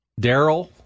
Daryl